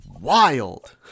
wild